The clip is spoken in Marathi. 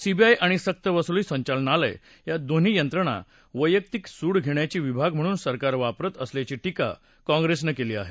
सीबीआय आणि सक्तवसूली संचालनालय या दोन्ही यंत्रणा वैयक्तिक सूड घेण्याचे विभाग म्हणून सरकार वापरत असल्याची टीका काँग्रेसनं केली आहे